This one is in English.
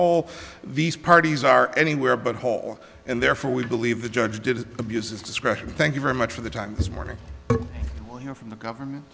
all these parties are anywhere but whole and therefore we believe the judge did it abuse is discretion thank you very much for the time this morning from the government